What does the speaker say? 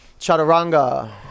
chaturanga